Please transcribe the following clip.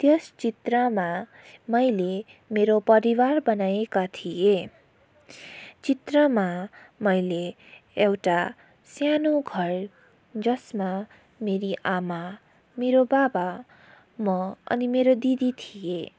त्यस चित्रमा मैले मेरो परिवार बनाएका थिएँ चित्रमा मैले एउटा सानो घर जसमा मेरी आमा मेरो बाबा म अनि मेरो दिदी थिए